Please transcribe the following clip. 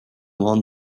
won